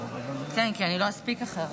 כן, כי אני לא אספיק אחרת.